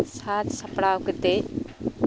ᱥᱟᱡᱽ ᱥᱟᱯᱲᱟᱣ ᱠᱟᱛᱮ